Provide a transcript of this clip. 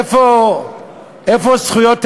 איפה זכויות האדם?